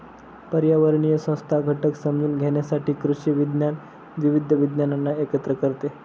पर्यावरणीय संस्था घटक समजून घेण्यासाठी कृषी विज्ञान विविध विज्ञानांना एकत्र करते